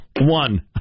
One